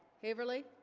haverly